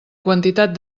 quantitat